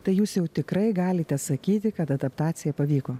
tai jūs jau tikrai galite sakyti kad adaptacija pavyko